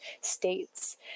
states